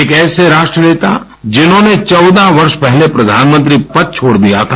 एक ऐसे राष्ट्र नेता जिन्होंने चौदह वर्ष पहले प्रधानमंत्री पद छोड़ दिया था